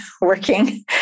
working